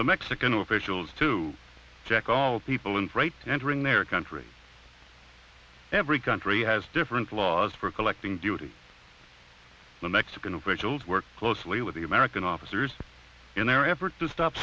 the mexican officials to check all people in right entering their country every country has different laws for collecting duty the mexican officials work closely with the american officers in their effort to stop